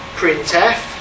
printf